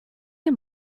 him